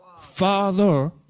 father